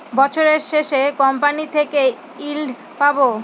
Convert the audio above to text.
বছরের শেষে কোম্পানি থেকে ইল্ড পাবো